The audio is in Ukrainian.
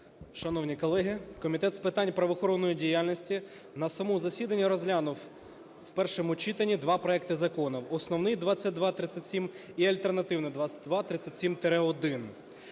Шановні колеги, Комітет з питань правоохоронної діяльності на своєму засіданні розглянув в першому читанні два проекти закону: основний 2237 і альтернативний 2237-1.